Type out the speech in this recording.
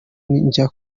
njya